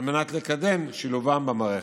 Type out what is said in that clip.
על מנת לקדם את שילובם במערכת.